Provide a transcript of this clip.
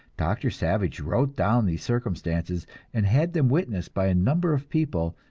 doctor savage wrote down these circumstances and had them witnessed by a number of people,